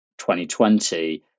2020